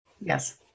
yes